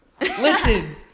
listen